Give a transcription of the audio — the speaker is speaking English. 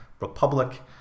republic